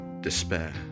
despair